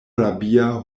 rabia